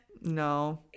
No